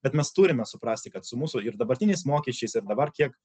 bet mes turime suprasti kad su mūsų ir dabartiniais mokesčiais ir dabar kiek